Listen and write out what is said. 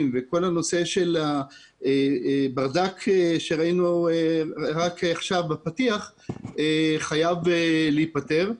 וכל מה שראינו רק עכשיו בפתיח חייב להיפתר.